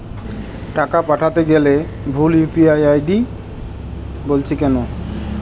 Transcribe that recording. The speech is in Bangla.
টাকা পাঠাতে গেলে ভুল ইউ.পি.আই আই.ডি বলছে কেনো?